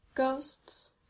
Ghosts